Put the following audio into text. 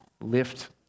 lift